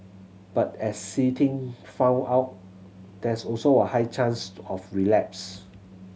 but as See Ting found out there is also a high chance to of relapse